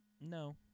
No